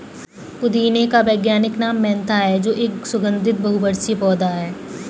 पुदीने का वैज्ञानिक नाम मेंथा है जो एक सुगन्धित बहुवर्षीय पौधा है